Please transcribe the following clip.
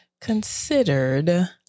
considered